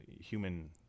human